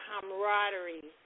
camaraderie